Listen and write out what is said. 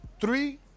three